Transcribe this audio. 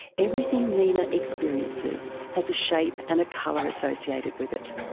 everything nina experiences has a shape and a colour associated with it.